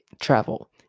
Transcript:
travel